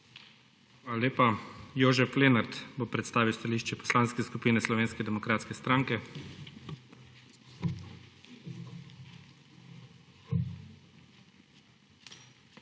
Hvala lepa. Jožef Lenart bo predstavil stališče Poslanske skupine Slovenske demokratske stranke.